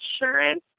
insurance